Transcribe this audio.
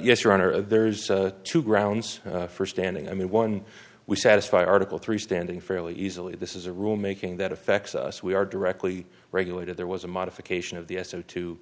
yes your honor there's two grounds for standing i mean one we satisfy article three standing fairly easily this is a rule making that affects us we are directly regulated there was a modification of the s o two